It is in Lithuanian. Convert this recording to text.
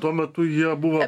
tuo metu jie buvo